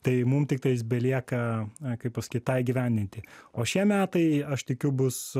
tai mum tiktais belieka kaip pasakyt tą įgyvendinti o šie metai aš tikiu bus